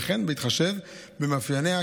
וכן בהתחשב במאפייניה,